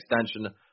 extension